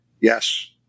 Yes